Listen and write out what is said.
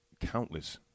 countless